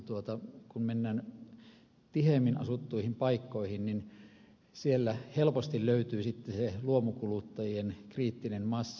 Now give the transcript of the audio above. kun mennään tiheämmin asuttuihin paikkoihin niin sieltä helposti löytyy sitten se luomukuluttajien kriittinen massa